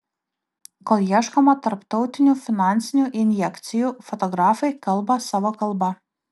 kol ieškoma tarptautinių finansinių injekcijų fotografai kalba savo kalba